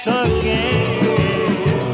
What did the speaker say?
again